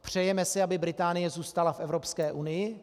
Přejeme si, aby Británie zůstala v Evropské unii?